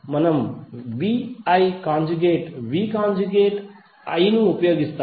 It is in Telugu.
మనము VI conjugate V conjugate I ను ఉపయోగిస్తాము